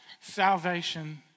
salvation